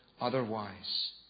otherwise